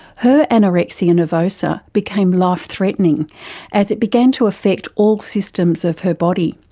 her anorexia nervosa became life threatening as it began to affect all systems of her body.